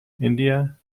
india